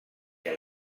què